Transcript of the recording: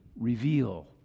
reveal